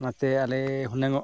ᱚᱱᱟᱛᱮ ᱟᱞᱮ ᱦᱚᱞᱮ ᱦᱩᱱᱟᱹᱝ ᱚᱜ